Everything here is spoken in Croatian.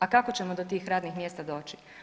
A kako ćemo do tih radnih mjesta doći?